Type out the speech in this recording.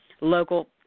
local